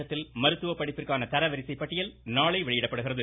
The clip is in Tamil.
தமிழகத்தில் மருத்துவ படிப்பிற்கான தரவரிசை பட்டியல் நாளை வெளியிடப்படுகிறது